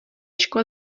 škole